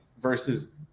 versus